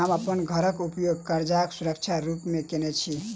हम अप्पन घरक उपयोग करजाक सुरक्षा रूप मेँ केने छी